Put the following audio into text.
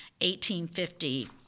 1850